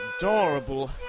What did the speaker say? Adorable